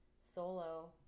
solo